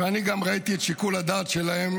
ואני גם ראיתי את שיקול הדעת שלהם,